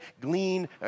glean